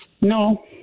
No